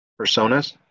personas